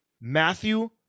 Matthew